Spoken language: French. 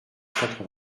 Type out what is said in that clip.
quatre